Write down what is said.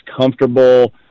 comfortable